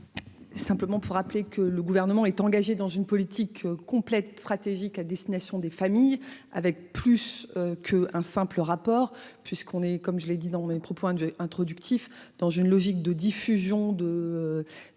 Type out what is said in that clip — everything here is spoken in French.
Simplement pour rappeler que le gouvernement est engagé dans une politique complète stratégique à destination des familles avec plus que un simple rapport puisqu'on est, comme je l'ai dit dans mes propos introductifs dans une logique de diffusion de